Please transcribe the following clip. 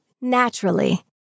Naturally